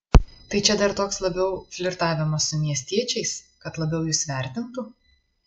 tai čia dar toks labiau flirtavimas su miestiečiais kad labiau jus vertintų